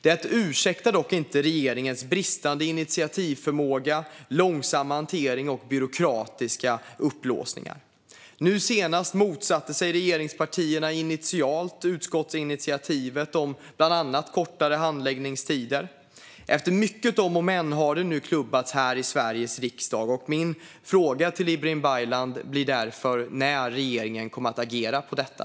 Det ursäktar dock inte regeringens bristande initiativförmåga, långsamma hantering och byråkratiska låsningar. Nu senast motsatte sig regeringspartierna initialt utskottsinitiativet om bland annat kortare handläggningstider. Efter mycket om och men har det nu klubbats här i Sveriges riksdag. Min fråga till Ibrahim Baylan blir därför: När kommer regeringen att agera på detta?